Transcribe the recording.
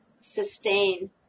sustain